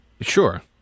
Sure